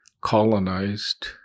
colonized